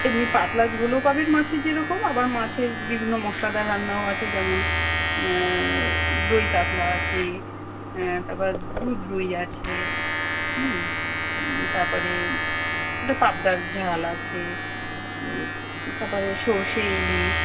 এমনি পাতলা ঝোলও পাবেন মাছের যেরকম আবার মাছের বিভিন্ন মশলাদার রান্নাও আছে যেমন দই কাতলা আছে তারপর দুধ রুই আছে হুম তার পরে একটা পাবদার ঝাল আছে তার পরে সরষে ইলিশ